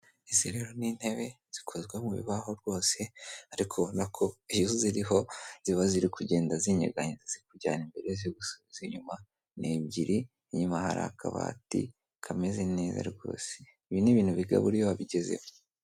Izi rero ni intebe zikozwe mu bibaho rwose ariko ubona nako ziriho ziba ziri kugenda zinyeganyeza zikujyana imbere zigusubiza inyuma, ni ebyiri inyuma hari akabati kameze neza rwose. Ibi ni ibintu bigabura iyo wabigezeho.